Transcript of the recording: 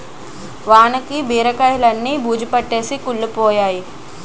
వానకి బీరకాయిలన్నీ బూజుపట్టేసి కుళ్లిపోయినై